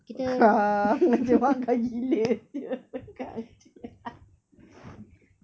!wah!